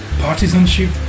partisanship